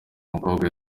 umukobwa